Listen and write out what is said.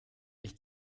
ich